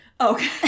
Okay